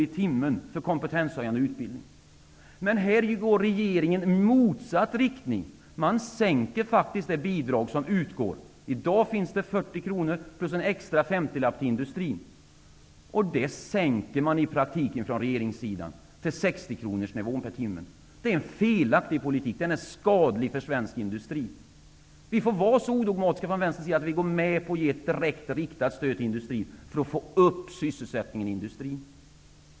i timmen för kompetenshöjande utbildning. Här går regeringen i motsatt riktning. Man sänker faktiskt det bidrag som utgår. I dag finns det 40 kr. plus en extra femtiolapp till industrin. Detta sänker man i praktiken från regeringssidan till 60 kr. per timme. Det är en felaktig politik. Den är skadlig för svensk industri. Vi får vara så odogmatiska från Vänsterns sida att vi går med på att ge ett direkt riktat stöd till industrin för att öka sysselsättningen i industrin.